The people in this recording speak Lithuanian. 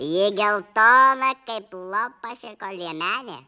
ji geltona kaip lopašeko liemenė